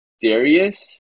Darius